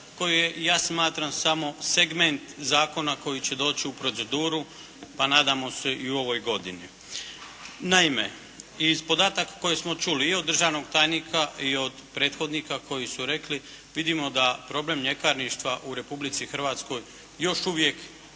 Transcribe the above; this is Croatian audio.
koji je, ja smatram samo segment Zakona koji će doći u proceduru pa nadamo se i u ovoj godini. Naime, iz podataka koje smo čuli i od državnog tajnika i od prethodnika koji su rekli vidimo da problem ljekarništva u Republici Hrvatskoj još uvijek